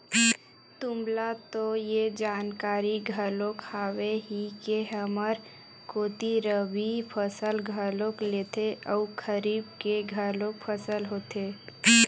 तुमला तो ये जानकारी घलोक हावे ही के हमर कोती रबि फसल घलोक लेथे अउ खरीफ के घलोक फसल होथे